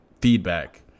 feedback